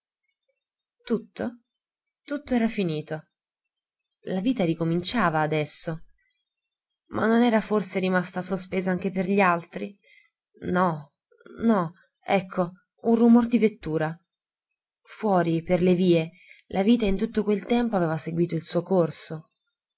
tutto tutto era finito la vita ricominciava adesso ma non era forse rimasta sospesa anche per gli altri no no ecco un rumor di vettura fuori per le vie la vita in tutto quel tempo aveva seguito il suo corso